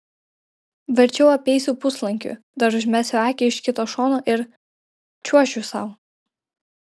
verčiau apeisiu puslankiu dar užmesiu akį iš kito šono ir čiuošiu sau